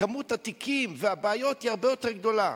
כמות התיקים והבעיות הרבה יותר גדולה.